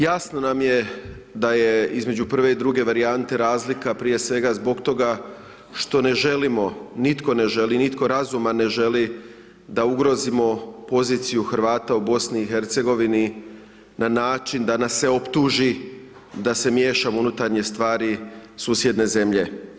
Jasno nam je da je između prve i druge varijante razlika prije svega zbog toga što ne želimo, nitko ne želi, nitko razuman ne želi da ugrozimo poziciju Hrvata u BiH na način da nas se optuži da se miješamo u unutarnje stvari susjedne zemlje.